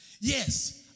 Yes